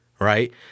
right